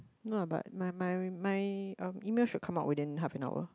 no but my my my um email should come out within half an hour